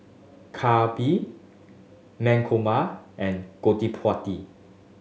Kapil Mankombu and Gottipati